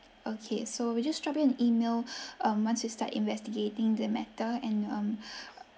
okay so we'll just drop you an email um once we start investigating the matter and um